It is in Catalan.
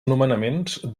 nomenaments